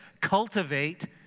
cultivate